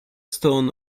stone